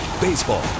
Baseball